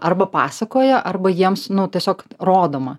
arba pasakoja arba jiems tiesiog rodoma